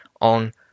on